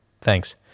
Thanks